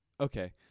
okay